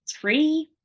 three